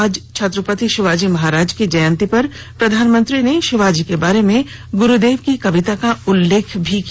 आज छत्रपति शिवाजी महाराज की जयंती पर प्रधानमंत्री ने शिवाजी के बारे में गुरूदेव की कविता का उल्लेख भी किया